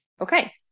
Okay